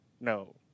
No